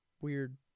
weird